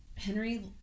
henry